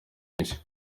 benshi